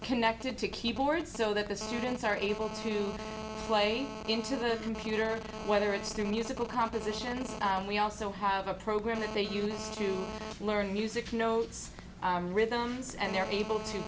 connected to keyboards so that the students are able to play into the computer whether it's through musical composition and we also have a program that they use to learn music notes rhythms and they're able to